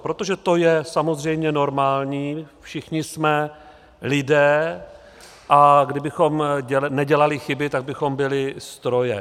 Protože to je samozřejmě normální, všichni jsme lidé, a kdybychom nedělali chyby, tak bychom byli stroje.